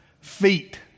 feet